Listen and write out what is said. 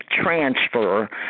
transfer